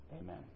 amen